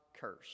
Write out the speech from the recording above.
curse